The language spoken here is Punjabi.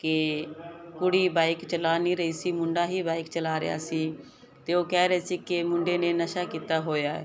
ਕਿ ਕੁੜੀ ਬਾਈਕ ਚਲਾ ਨਹੀਂ ਰਹੀ ਸੀ ਮੁੰਡਾ ਹੀ ਬਾਇਕ ਚਲਾ ਰਿਹਾ ਸੀ ਤੇ ਉਹ ਕਹਿ ਰਹੇ ਸੀ ਕਿ ਮੁੰਡੇ ਨੇ ਨਸ਼ਾ ਕੀਤਾ ਹੋਇਆ